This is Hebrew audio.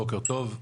בוקר טוב.